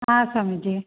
ಹಾಂ ಸ್ವಾಮೀಜಿ